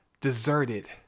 deserted